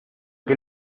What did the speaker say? que